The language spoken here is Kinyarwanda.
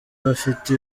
bafite